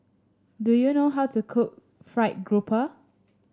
do you know how to cook fried grouper